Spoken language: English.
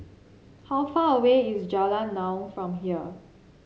how far away is Jalan Naung from here